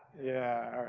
yeah.